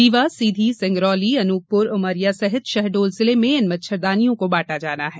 रीवा सीधी सिंगरौली अनूपपुर उमरिया सहित शहडोल जिले में इन मच्छरदानियों को बांटा जाना है